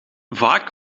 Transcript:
vaak